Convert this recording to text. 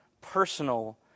Personal